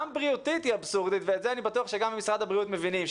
גם בריאותית היא אבסורדית ואת זה אני בטוח שגם משרד הבריאות מבין.